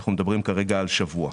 אנחנו מדברים כרגע על שבוע.